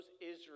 Israel